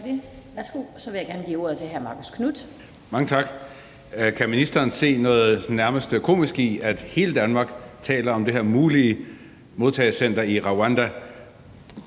at der er noget nærmest komisk i, at hele Danmark taler om det her mulige modtagecenter i Rwanda